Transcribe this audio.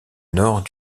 nord